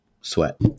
sweat